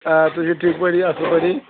آ تُہۍ چھُ ٹھیٖک پٲٹھی اَصٕل پٲٹھی